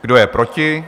Kdo je proti?